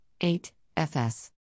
8.FS